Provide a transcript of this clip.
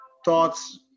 thoughts